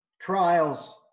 trials